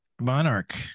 Monarch